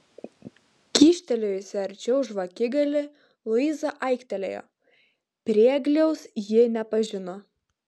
kyštelėjusi arčiau žvakigalį luiza aiktelėjo priegliaus ji nepažino